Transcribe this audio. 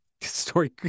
story